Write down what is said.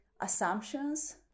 assumptions